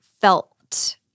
felt